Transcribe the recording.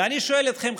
ואני שואל אתכם,